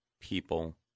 people